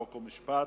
חוק ומשפט,